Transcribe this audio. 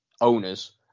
owners